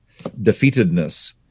defeatedness